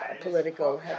political